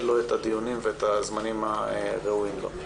לו את הדיונים ואת הזמנים הראויים לו.